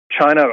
China